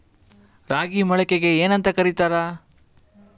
ರಾಗಿ ಮೊಳಕೆಗೆ ಏನ್ಯಾಂತ ಕರಿತಾರ?